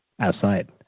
outside